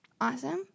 awesome